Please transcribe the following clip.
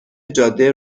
جاده